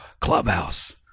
clubhouse